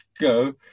go